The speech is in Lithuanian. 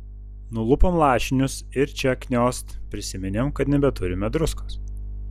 nulupom lašinius ir čia kniost prisiminėm kad nebeturime druskos